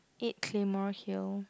eight claymore hill